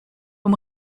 vom